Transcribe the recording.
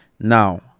Now